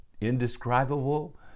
indescribable